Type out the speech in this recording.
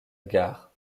gare